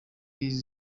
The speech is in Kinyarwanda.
filimi